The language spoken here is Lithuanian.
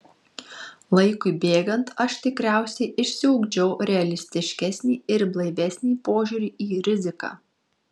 laikui bėgant aš tikriausiai išsiugdžiau realistiškesnį ir blaivesnį požiūrį į riziką